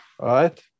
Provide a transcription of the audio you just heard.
right